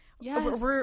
yes